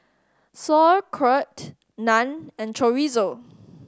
Sauerkraut Naan and Chorizo